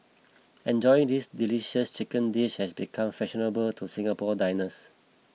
enjoying this delicious chicken dish has become fashionable to Singapore diners